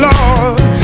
Lord